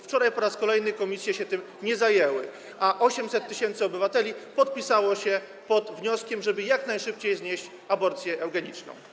Wczoraj po raz kolejny komisje się tym nie zajęły, a 800 tys. obywateli podpisało się pod wnioskiem, żeby jak najszybciej znieść aborcję eugeniczną.